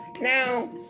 Now